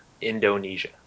Indonesia